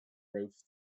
both